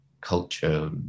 culture